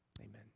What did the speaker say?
Amen